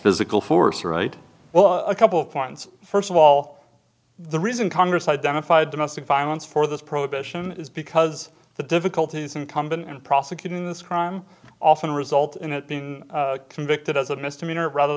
physical force right well a couple points first of all the reason congress identified domestic violence for this prohibition is because the difficulties incumbent in prosecuting this crime often result in it being convicted as a misdemeanor rather